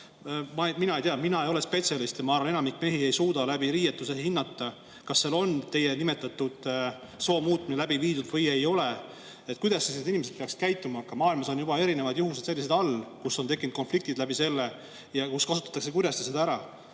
Mina ei tea, mina ei ole spetsialist, ja ma arvan, et enamik mehi ei suuda läbi riietuse hinnata, kas seal on teie nimetatud soo muutmine läbi viidud või ei ole. Kuidas need inimesed peaksid käituma? Maailmas on juba erinevaid juhuseid, kus on tekkinud konflikt selle tõttu ja kus kasutatakse seda